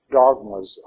dogmas